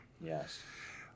Yes